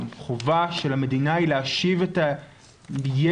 החובה של המדינה היא להשיב את הילד,